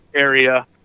area